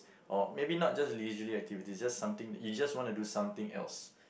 or maybe not just leisurely activities just something you just want to do something else